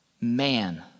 man